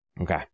Okay